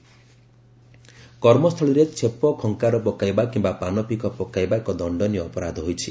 ସ୍ୱିଟିଂ fine କର୍ମସ୍ଥଳୀରେ ଛେପଖଙ୍କାର ପକାଇବା କିମ୍ବା ପାନପିକ ପକାଇବା ଏକ ଦଣ୍ଡନୀୟ ଅପରାଧ ହୋଇଛି